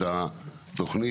אני פותח את ישיבת הוועדה.